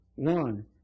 One